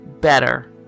better